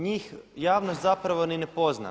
Njih javnost zapravo ni ne poznaje.